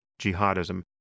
jihadism